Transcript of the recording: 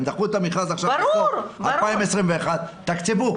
הם דחו עכשיו את המכרז לסוף 2021. תתקצבו,